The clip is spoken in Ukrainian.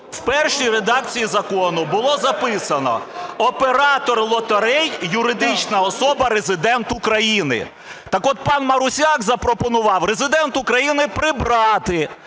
В першій редакції закону було записано "оператор лотерей, юридична особа, резидент України". Так от пан Марусяк запропонував "резидент України" прибрати.